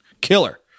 Killer